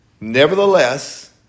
Nevertheless